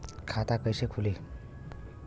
खाता कईसे खुली?